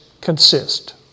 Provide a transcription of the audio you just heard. consist